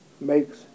makes